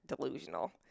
delusional